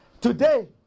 today